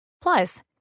Plus